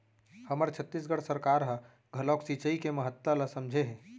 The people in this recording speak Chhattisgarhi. हमर छत्तीसगढ़ सरकार ह घलोक सिचई के महत्ता ल समझे हे